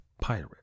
pirate